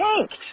tanked